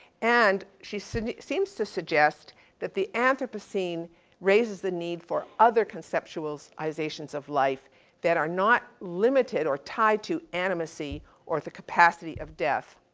and, she seems seems to suggest that the anthropocene raises the need for other conceptualizations of life that are not limited or tied to animacy or the capacity of death.